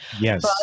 Yes